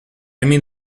mean